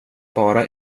bara